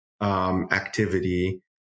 activity